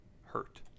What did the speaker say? hurt